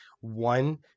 one